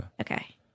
Okay